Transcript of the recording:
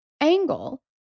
angle